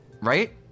right